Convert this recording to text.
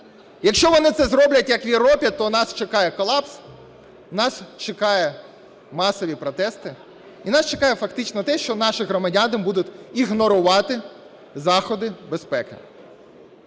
Якщо вони це зроблять, як в Європі, то нас чекає колапс, нас чекають масові протести і нас чекає фактично те, що наші громадяни будуть ігнорувати заходи безпеки.